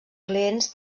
clients